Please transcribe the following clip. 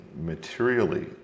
materially